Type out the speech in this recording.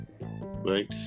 right